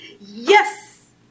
Yes